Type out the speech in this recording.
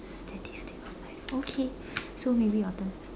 statistic of life okay so maybe your turn